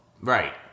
Right